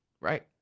Right